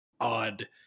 odd